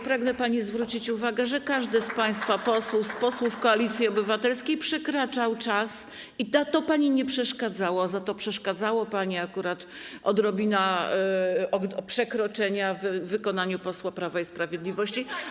Pragnę pani zwrócić uwagę, że każdy z państwa posłów, z posłów Koalicji Obywatelskiej, przekraczał czas i to pani nie przeszkadzało, za to przeszkadzało pani akurat nieznaczne przekroczenie czasu przez posła Prawa i Sprawiedliwości.